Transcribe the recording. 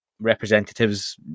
representatives